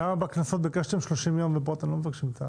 למה בקנסות ביקשתם 30 יום ופה אתם לא מבקשים?